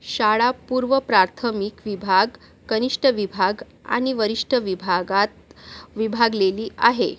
शाळा पूर्वप्राथमिक विभाग कनिष्ठ विभाग आणि वरिष्ठ विभागात विभागलेली आहे